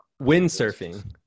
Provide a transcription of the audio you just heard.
Windsurfing